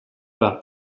bas